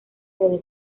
desde